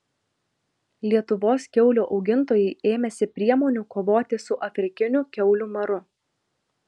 lietuvos kiaulių augintojai ėmėsi priemonių kovoti su afrikiniu kiaulių maru